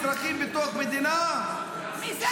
אזרחים בתוך מדינה -- מי זה העם שלך?